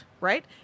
right